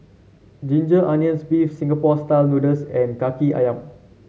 Ginger Onions beef Singapore style noodles and kaki ayam